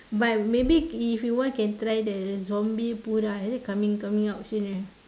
but maybe if you want can try the zombiepura is it coming coming out soon ah